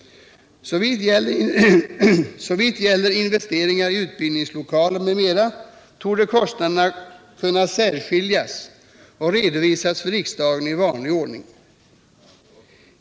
Såvitt gäller investeringar i utbildningslokaler m.m. torde kostnaderna kunna särskiljas och redovisas för riksdagen i vanlig ordning.